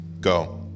Go